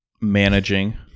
managing